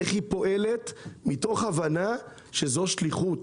איך היא פועלת מתוך הבנה שזו שליחות,